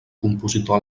compositor